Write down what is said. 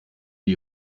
die